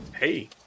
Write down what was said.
Hey